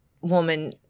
woman